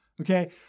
Okay